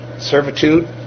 servitude